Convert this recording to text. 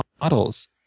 models